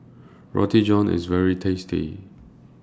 Roti John IS very tasty